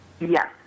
Yes